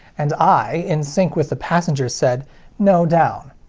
and i, in sync with the passengers, said no, down.